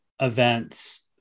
events